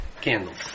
candles